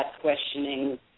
questioning